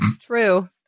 True